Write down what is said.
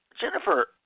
Jennifer